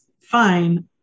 fine